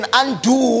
undo